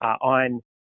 on